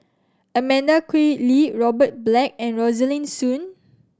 Amanda Koe Lee Robert Black and Rosaline Soon